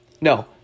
no